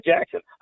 Jackson